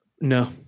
No